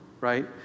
right